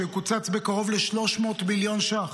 שיקוצץ בקרוב ב-300 מיליון ש"ח,